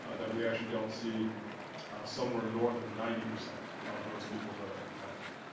ah that we actually don't see somewhere north of ninety per cent of those people that are infected.